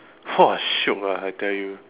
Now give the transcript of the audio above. !wah! shiok lah I tell you